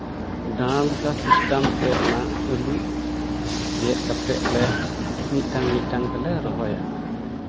ᱰᱟᱬᱟ ᱞᱮᱠᱟ ᱥᱤᱥᱴᱮᱢ ᱛᱮ ᱚᱱᱟ ᱟᱹᱞᱩ ᱜᱮᱫ ᱠᱟᱛᱮᱫ ᱞᱮ ᱢᱤᱫᱴᱟᱱ ᱢᱤᱫᱴᱟᱱ ᱛᱮᱞᱮ ᱨᱚᱦᱚᱭᱟ